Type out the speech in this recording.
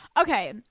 Okay